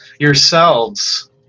yourselves